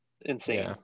insane